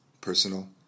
personal